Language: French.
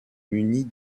munies